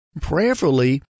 Prayerfully